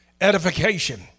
edification